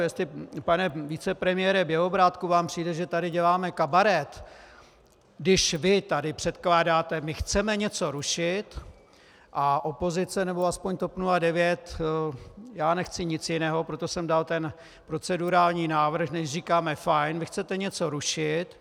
Jestli vám, pane vicepremiére Bělobrádku, přijde, že tady děláme kabaret, když vy tady předkládáte my chceme něco rušit a opozice nebo aspoň TOP 09, já nechci nic jiného, proto jsem dal ten procedurální návrh, než říkáme, fajn, vy chcete něco rušit.